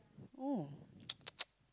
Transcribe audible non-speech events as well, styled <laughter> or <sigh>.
oh <noise>